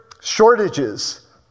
shortages